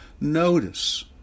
Notice